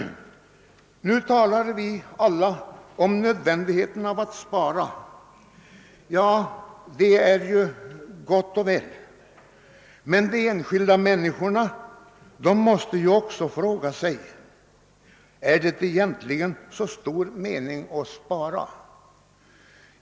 Nu talar vi alla om nödvändigheten av att spara. Det är gott och väl, men de enskilda människorna måste ju fråga sig: Är det egentligen så stor mening med att spara?